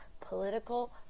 political